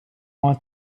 want